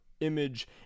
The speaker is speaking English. image